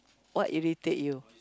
what irritate you